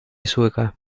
sueca